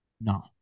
no